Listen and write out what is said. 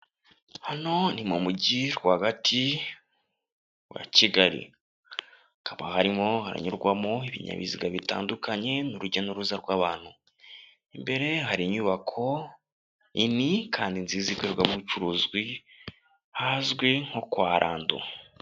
Hano ni mu mujyi rwagati wa kigali. Hakaba harimo haranyurwamo ibinyabiziga bitandukanye mu rujya n'uruza rw'abantu. Imbere hari inyubako nini kandi nziza ikorerwamo mu bucuruzwi hazwi nko kwa rando.